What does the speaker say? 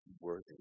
worthy